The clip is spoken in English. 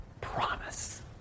promise